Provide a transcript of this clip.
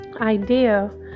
idea